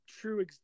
True